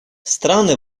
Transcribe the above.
страны